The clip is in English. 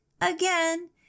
again